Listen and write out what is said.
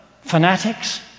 fanatics